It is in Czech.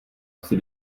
asi